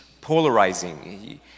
polarizing